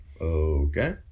Okay